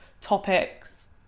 topics